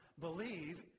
Believe